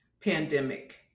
pandemic